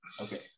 Okay